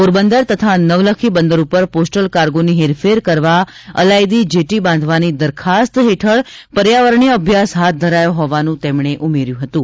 પોરબંદર તથા નવલખી બંદર ઉપર પોસ્ટલ કાર્ગોની હેરફેર કરવા અલાયદી જેટી બાંધવાની દરખાસ્ત હેઠળ પર્યાવરણીય અભ્યાસ હાથ ધરાયો હોવાનું તેમણે ઉમેર્યું હતું